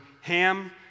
Ham